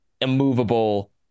immovable